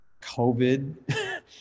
covid